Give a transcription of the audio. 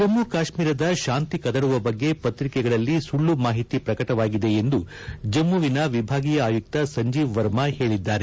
ಜಮ್ಮ ಕಾಶ್ಮೀರದ ಶಾಂತಿ ಕದಡುವ ಬಗ್ಗೆ ಪತ್ರಿಕೆಗಳಲ್ಲಿ ಸುಳ್ಳು ಮಾಹಿತಿ ಪ್ರಕಟವಾಗಿದೆ ಎಂದು ಜಮ್ಮವಿನ ವಿಭಾಗೀಯ ಆಯುಕ್ತ ಸಂಜೀವ್ ವರ್ಮಾ ಹೇಳಿದ್ದಾರೆ